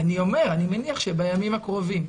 אני אומר: אני מניח שבימים הקרובים.